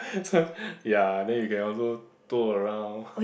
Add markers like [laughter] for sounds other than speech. [laughs] ya then you can also tour around